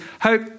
hope